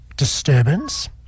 disturbance